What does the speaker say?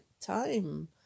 time